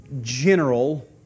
general